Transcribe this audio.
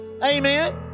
Amen